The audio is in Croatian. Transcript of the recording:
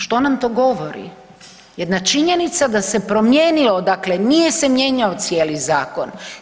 Što nam to govori, jedna činjenica da se promijenio dakle nije se mijenjao cijeli zakon.